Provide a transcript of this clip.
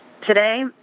Today